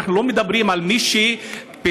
אנחנו לא מדברים על מי שביצע,